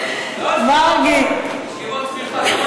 שכיבות סמיכה,